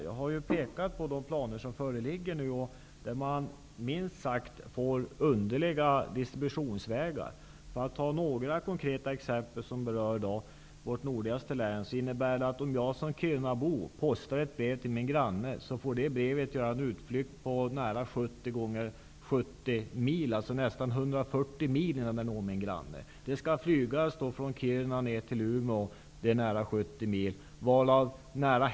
Jag har pekat på de planer som föreligger och som minst sagt medför underliga distributionsvägar. Jag kan ta några konkreta exempel som berör vårt nordligaste län. Om jag såsom kirunabo postar ett brev till min granne, får detta brev göra en utflykt på nära 70 plus 70 mil, dvs. 140 mil, innan det når min granne. Det skall först flygas från Kiruna till Umeå, nära 70 mil.